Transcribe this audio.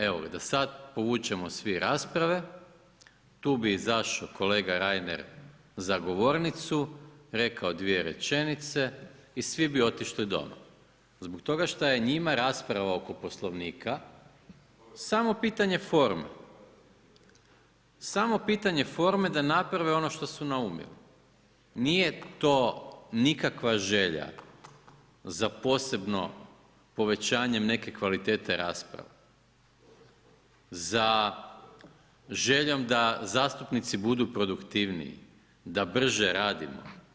Evo da sad povučemo svi rasprave tu bi izašao kolega Reiner za govornicu, rekao dvije rečenice i svi bi otišli doma zbog toga što je njima rasprava oko Poslovnika samo pitanje forme, samo pitanje forme da naprave ono što su naumili, nije to nikakva želja za posebno povećanjem neke kvalitete rasprave, za željom da zastupnici budu produktivniji, da brže radimo, to su gluposti.